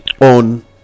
on